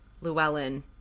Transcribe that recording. Llewellyn